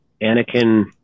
Anakin